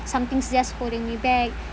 something's just holding me back